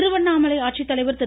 திருவண்ணாமலை ஆட்சித்தலைவர் திரு